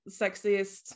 sexiest